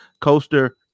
coaster